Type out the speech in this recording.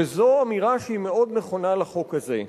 וזו אמירה שהיא מאוד נכונה לחוק הזה.